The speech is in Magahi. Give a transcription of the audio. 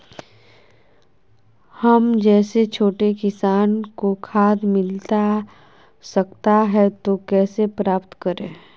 हम जैसे छोटे किसान को खाद मिलता सकता है तो कैसे प्राप्त करें?